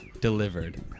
Delivered